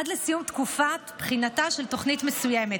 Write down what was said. עד לסיום תקופת בחינתה של תוכנית מסוימת.